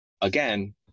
again